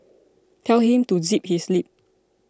tell him to zip his lip